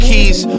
Keys